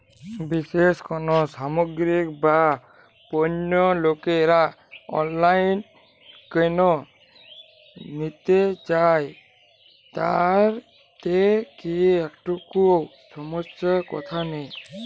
বিশেষ কোনো সামগ্রী বা পণ্য লোকেরা অনলাইনে কেন নিতে চান তাতে কি একটুও সমস্যার কথা নেই?